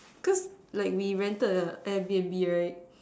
cause like we rented a air B_N_B right